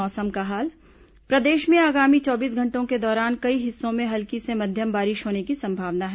मौसम प्रदेश में आगामी चौबीस घंटों के दौरान कई हिस्सों में हल्की से मध्यम बारिश होने की संभावना है